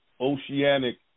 Oceanic